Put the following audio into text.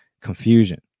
Confusion